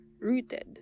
rooted